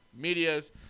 medias